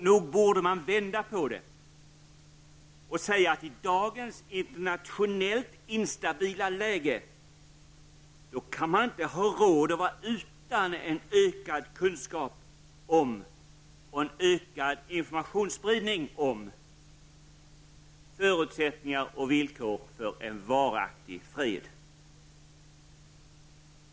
Nog borde man vända på det och säga att man i dagens internationellt instabila läge inte kan ha råd att vara utan en ökad kunskap om och en ökad informationsspridning om förutsättningar och villkor för en varaktig fred.